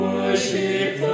Worship